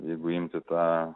jeigu imti tą